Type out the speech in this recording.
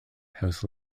house